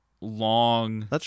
long